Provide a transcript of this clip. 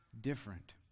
different